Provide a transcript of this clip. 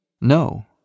No